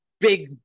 big